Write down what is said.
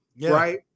right